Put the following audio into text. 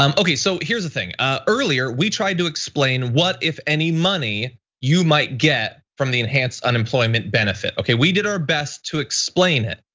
um okay, so here's the thing. ah earlier we tried to explain what if any money you might get from the enhanced unemployment benefit, okay. we did our best to explain it.